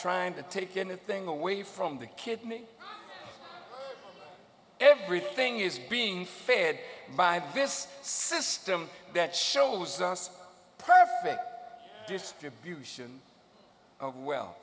trying to take anything away from the kidney everything is being fed by this system that shows perfect distribution of we